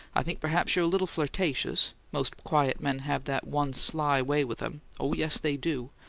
i think perhaps you're a little flirtatious most quiet men have that one sly way with em oh, yes, they do!